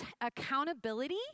accountability